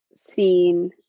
seen